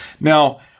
Now